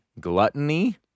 gluttony